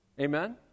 Amen